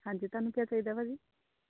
ਹਾਂਜੀ ਤੁਹਾਨੂੰ ਕਿਆ ਚਾਹੀਦਾ ਭਾਅ ਜੀ